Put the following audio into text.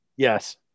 Yes